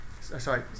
Sorry